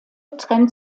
trennt